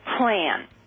plan